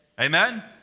Amen